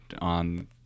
on